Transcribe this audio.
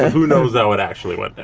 who knows that would actually went down.